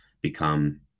become